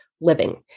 living